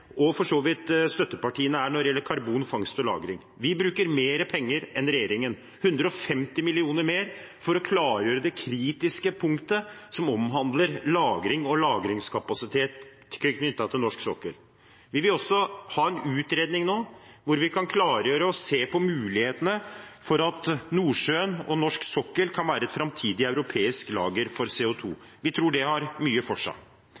og for så vidt støttepartiene er når det gjelder karbonfangst og -lagring. Vi bruker mer penger enn regjeringen, 150 mill. kr mer, for å klargjøre det kritiske punktet som omhandler lagring og lagringskapasitet knyttet til norsk sokkel. Vi vil også ha en utredning nå hvor vi kan klargjøre og se på mulighetene for at Nordsjøen og norsk sokkel kan være et framtidig europeisk lager for CO 2 . Vi tror det har mye for seg.